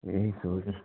यही सोच है